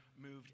moved